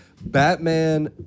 Batman